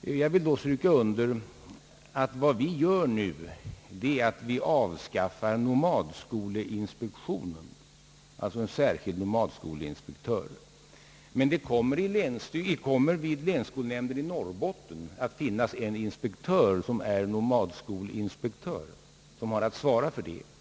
Jag vill då stryka under, att vad vi nu gör är att vi avskaffar nomadskolinspektionen, alltså en särskild nomadskolinspektör. Men det kommer att vid länsskolnämnden i Norrbotten finnas en inspektör som är nomadskolinspektör och som har att svara för dessa uppgifter.